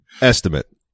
Estimate